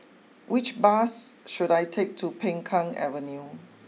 which bus should I take to Peng Kang Avenue